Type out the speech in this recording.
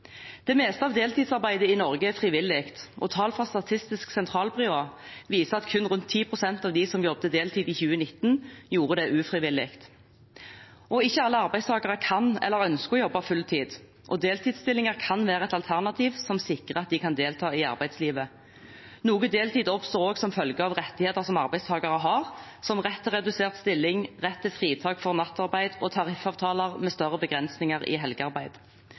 Det meste av deltidsarbeidet i Norge er frivillig. Tall fra Statistisk sentralbyrå viser at kun rundt 10 pst. av de som jobbet deltid i 2019, gjorde det ufrivillig. Ikke alle arbeidstakere kan jobbe fulltid eller ønsker å jobbe fulltid, og deltidsstillinger kan være et alternativ som sikrer at de får delta i arbeidslivet. Noe deltid oppstår også som følge av rettigheter som arbeidstakere har, som rett til redusert stilling, rett til fritak fra nattarbeid og tariffavtaler med større begrensninger i helgearbeid.